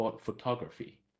photography